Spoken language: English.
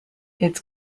its